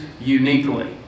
uniquely